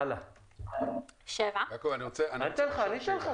היו עריקים,